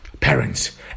parents